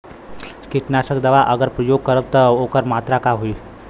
कीटनाशक दवा अगर प्रयोग करब त ओकर मात्रा का होई?